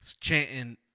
chanting